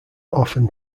often